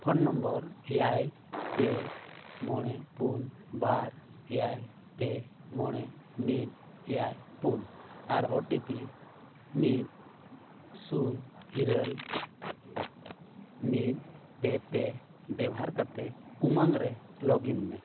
phone number ᱮᱭᱟᱭ ᱯᱮ ᱢᱚᱬᱮ ᱯᱩᱱ ᱵᱟᱨ ᱮᱭᱟᱭ ᱯᱮ ᱢᱚᱬᱮ ᱢᱤᱫ ᱮᱭᱟᱭ ᱯᱩᱱ ᱟᱨ ᱳ ᱴᱤ ᱯᱤ ᱢᱤᱫ ᱥᱩᱱ ᱤᱨᱟᱹᱞ ᱢᱤᱫ ᱯᱮ ᱯᱮ ᱵᱮᱵᱷᱟᱨ ᱠᱟᱛᱮᱫ ᱩᱢᱟᱹᱝ ᱨᱮ ᱞᱚᱜᱽᱼᱤᱱ ᱢᱮ